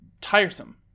tiresome